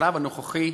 השלב הנוכחי,